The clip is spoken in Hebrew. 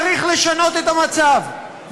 צריך לשנות את המצב,